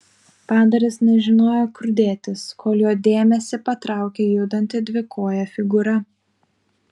padaras nežinojo kur dėtis kol jo dėmesį patraukė judanti dvikojė figūra